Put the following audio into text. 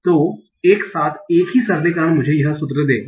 तो एक साथ एक ही सरलीकरण मुझे यह सूत्र देगा